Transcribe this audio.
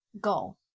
go